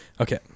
Okay